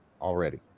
already